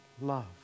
love